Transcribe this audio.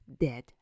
dead